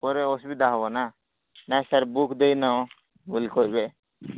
ପରେ ଅସୁବିଧା ହେବନା ନାଇଁ ସାର୍ ବୁକ୍ ଦେଇନ ବୋଲି କହିବେ